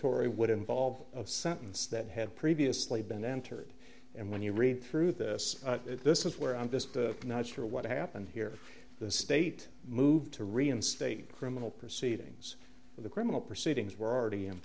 adjudicatory would involve sentence that had previously been entered and when you read through this this is where i'm just not sure what happened here the state moved to reinstate criminal proceedings in the criminal proceedings were already in